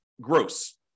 gross